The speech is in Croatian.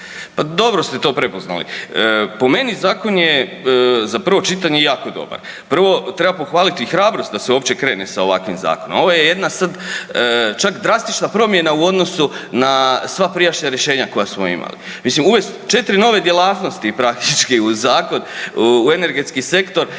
pa dobro ste to prepoznali. Po meni, zakon je za prvo čitanje jako dobar. Prvo, treba pohvaliti hrabrost da se uopće krene s ovakvim Zakonom. Ovo je jedna sad, čak drastična promjena u odnosu na sva prijašnja rješenja koja smo imali. Mislim, uvest 4 nove djelatnosti praktički u zakon, u energetski sektor,